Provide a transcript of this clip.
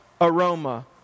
Aroma